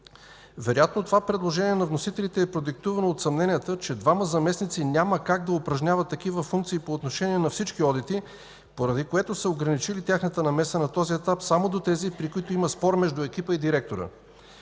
Вероятно това предложение на вносителите е продиктувано от съмненията, че двама заместници няма как да упражняват такива функции по отношение на всички одити, поради което са ограничили тяхната намеса на този етап само до тези, при които има спор между екипа и директора.